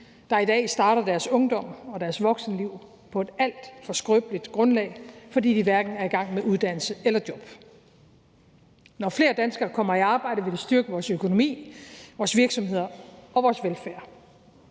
der i dag starter deres ungdom og deres voksenliv på et alt for skrøbeligt grundlag, fordi de hverken er i gang med uddannelse eller job. Når flere danskere kommer i arbejde, vil det styrke vores økonomi, vores virksomheder og vores velfærd,